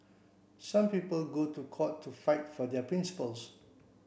some people go to court to fight for their principles